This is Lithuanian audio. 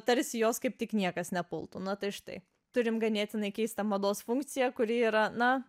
tarsi jos kaip tik niekas nepultų na tai štai turim ganėtinai keistą mados funkciją kuri yra na